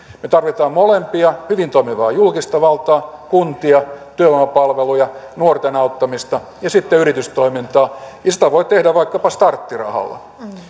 me tarvitsemme molempia hyvin toimivaa julkista valtaa kuntia työvoimapalveluja nuorten auttamista ja sitten yritystoimintaa ja sitä voi tehdä vaikkapa starttirahalla